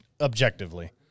objectively